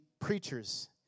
preachers